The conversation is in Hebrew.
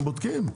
הם בודקים.